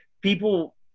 People